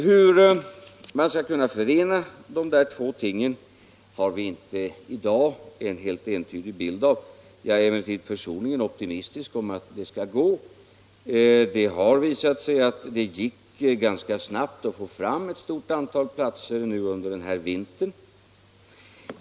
Hur man skall förena dessa två ting har vi inte i dag en helt entydig bild av. Jag är emellertid personligen optimistisk och tror att det skall gå. Det har visat sig att det gick ganska snabbt att få fram ett stort antal platser under denna vinter.